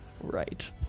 right